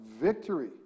victory